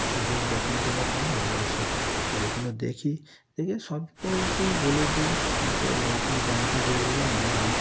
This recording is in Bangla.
সুযোগ যখন করে পাই আমরা এসব খবরগুলো দেখি দেখে সকলকেই বলে দিই তাতে লোকও জানতে পেরে যায় মানুষ